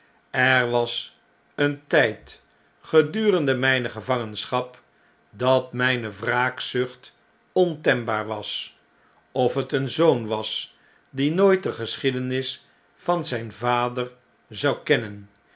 er was een tijd gedurende mjne gevangenschap dat mijne wraakzucht ontembaar was of het een zoon was die nooit de geschiedenis van zijn vader zou kennen